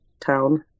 town